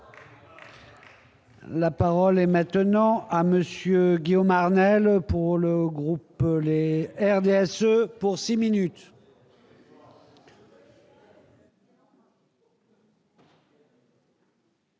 La parole est maintenant à monsieur Guillaume Arnell pour le groupe Les RDA RDSE pour 6 minutes.